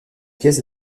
pièce